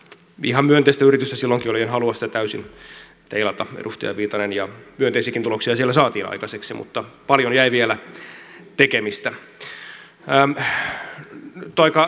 ihan myönteistä yritystä silloinkin oli en halua sitä täysin teilata edustaja viitanen ja myönteisiäkin tuloksia siellä saatiin aikaiseksi mutta paljon jäi vielä tekemistä